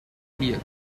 excluded